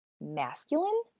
masculine